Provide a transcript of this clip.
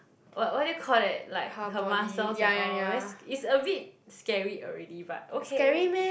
what what do you call that like her muscles and all very sc~ it's a bit scary already but okay